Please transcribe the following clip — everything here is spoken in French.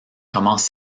commence